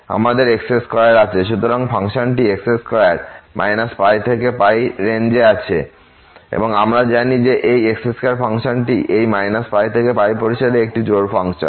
আমাদের x2 আছে সুতরাংফাংশনটি x2 π π রেঞ্জে আছে এবং আমরা জানি যে এই x2 ফাংশনটি এই π π পরিসরের একটি জোড় ফাংশন